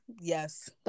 yes